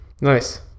Nice